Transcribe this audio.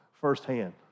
firsthand